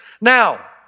Now